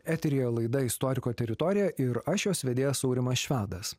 eteryje laida istoriko teritorija ir aš jos vedėjas aurimas švedas